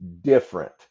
different